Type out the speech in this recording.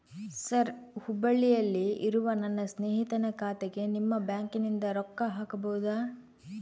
Sir ಹುಬ್ಬಳ್ಳಿಯಲ್ಲಿ ಇರುವ ನನ್ನ ಸ್ನೇಹಿತನ ಖಾತೆಗೆ ನಿಮ್ಮ ಬ್ಯಾಂಕಿನಿಂದ ರೊಕ್ಕ ಹಾಕಬಹುದಾ?